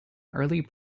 early